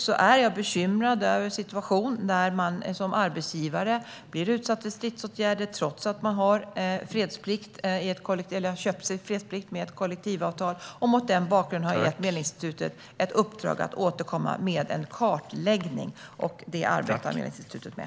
Jag är dock bekymrad över en situation där en arbetsgivare blir utsatt för stridsåtgärder trots att denne har köpt sig fredsplikt genom kollektivavtal. Mot denna bakgrund har jag gett Medlingsinstitutet i uppdrag att återkomma med en kartläggning. Detta arbetar Medlingsinstitutet med.